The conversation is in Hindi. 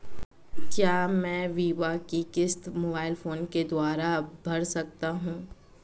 क्या मैं बीमा की किश्त मोबाइल फोन के द्वारा भर सकता हूं?